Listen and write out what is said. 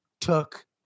took